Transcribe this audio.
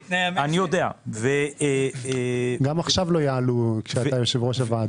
גם עכשיו לא יעלו כשאתה יושב-ראש הוועדה.